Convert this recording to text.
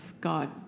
God